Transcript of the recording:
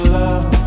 love